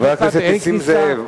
חבר הכנסת נסים זאב,